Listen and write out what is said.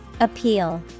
Appeal